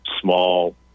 small